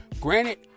Granted